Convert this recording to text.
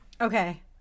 Okay